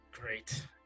Great